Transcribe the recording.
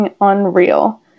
unreal